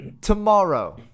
tomorrow